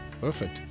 perfect